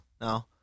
no